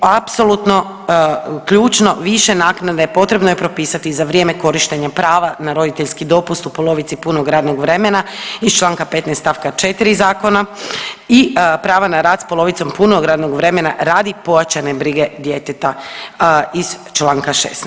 Apsolutno ključno više naknade potrebno je propisati za vrijeme korištenja prava na roditeljski dopust u polovici punog radnog vremena iz Članka 15. stavak 4. zakona i prava na rad s polovicom punog radnog vremena radi pojačane brige djeteta iz Članka 16.